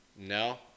no